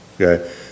Okay